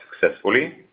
successfully